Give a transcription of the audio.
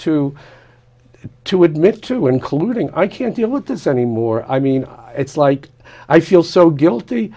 to to admit to including i can't deal with this anymore i mean it's like i feel so guilty